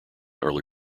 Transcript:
early